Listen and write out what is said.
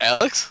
Alex